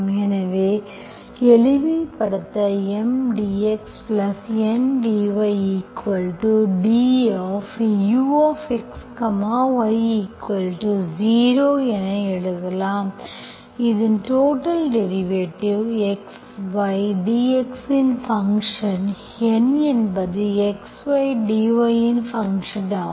எனவே எளிமைப்படுத்த M dxN dyduxy0 என எழுதலாம் இதன் total derivative x y dx இன் ஃபங்க்ஷன் N என்பது x y dy இன் ஃபங்க்ஷன் ஆகும்